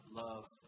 love